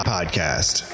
Podcast